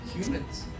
humans